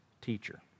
teacher